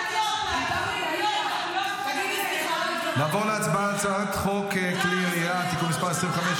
מגיע וויטקוף ואף שר לא מעז להראות את עצמו בכיכר החטופים זה בושה,